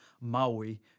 Maui